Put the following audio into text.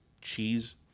cheese